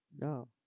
No